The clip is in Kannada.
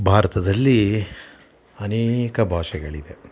ಭಾರತದಲ್ಲಿ ಅನೇಕ ಭಾಷೆಗಳಿವೆ